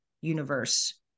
universe